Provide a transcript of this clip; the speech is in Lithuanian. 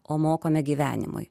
o mokame gyvenimui